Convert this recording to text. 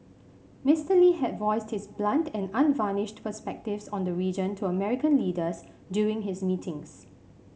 Mister Lee had voiced his blunt and unvarnished perspectives on the region to American leaders during his meetings